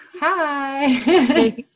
Hi